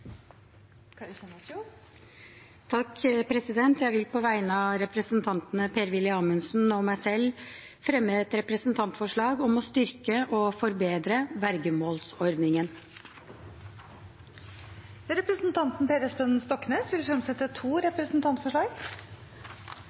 Jeg vil på vegne av representantene Per-Willy Amundsen og meg selv fremme et representantforslag om å styrke og forbedre vergemålsordningen. Representanten Per Espen Stoknes vil fremsette to representantforslag.